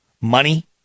money